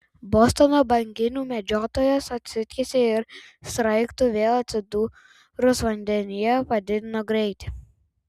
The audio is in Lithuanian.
bostono banginių medžiotojas atsitiesė ir sraigtui vėl atsidūrus vandenyje padidino greitį